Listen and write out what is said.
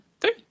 three